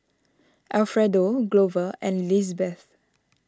Alfredo Glover and Lizbeth